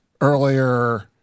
earlier